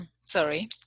sorry